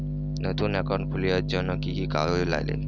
নতুন একাউন্ট খুলির জন্যে কি কি কাগজ নাগে?